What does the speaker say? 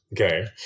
okay